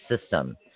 system